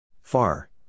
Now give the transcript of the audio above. Far